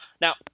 Now